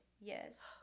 Yes